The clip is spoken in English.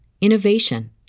innovation